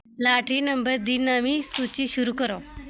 lottery number दी नमीं सूची शुरू करो